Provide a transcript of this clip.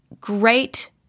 great